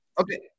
Okay